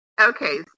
Okay